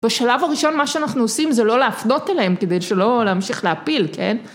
בשלב הראשון מה שאנחנו עושים זה לא להפנות אליהם כדי שלא להמשיך להפיל כן.